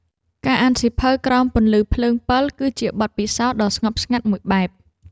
ការអានសៀវភៅក្រោមពន្លឺភ្លើងពិល គឺជាបទពិសោធន៍ដ៏ស្ងប់ស្ងាត់មួយបែប។